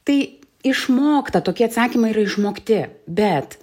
tai išmokta tokie atsakymai yra išmokti bet